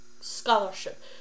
scholarship